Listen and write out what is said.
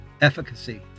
efficacy